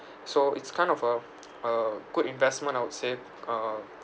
so it's kind of a a good investment I would say uh